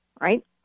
right